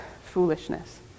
foolishness